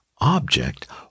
object